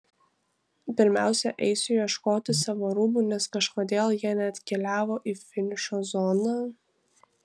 pirmiausia eisiu ieškoti savo rūbų nes kažkodėl jie neatkeliavo į finišo zoną